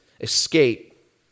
escape